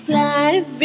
life